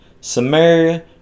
Samaria